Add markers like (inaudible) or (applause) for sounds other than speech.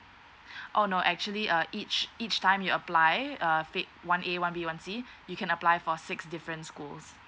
(breath) oh no actually uh each each time you apply err one A one B one C you can apply for six different schools